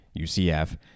UCF